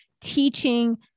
teaching